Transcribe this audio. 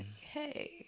hey